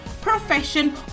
profession